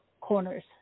Corners